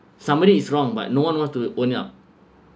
somebody is wrong but no one wants to own up